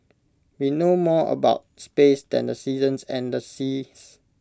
we know more about space than the seasons and the seas